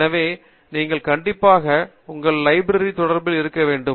எனவே நீங்கள் கண்டிப்பாக உங்கள் லைப்ரரியுடன் தொடர்பில் இருக்க வேண்டும்